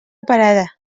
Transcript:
parada